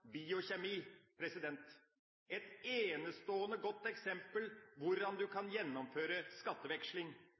biokjemi: et enestående godt eksempel på hvordan du kan gjennomføre skatteveksling.